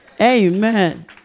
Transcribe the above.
Amen